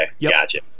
gotcha